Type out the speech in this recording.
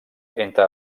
entre